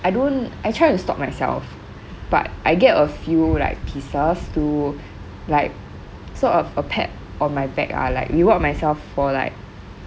I don't I try to stop myself but I get a few like pieces to like sort of a pat on my back lah like reward myself for like